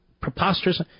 preposterous